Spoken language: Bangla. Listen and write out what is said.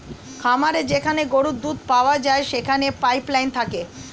খামারে যেখানে গরুর দুধ পাওয়া যায় সেখানে পাইপ লাইন থাকে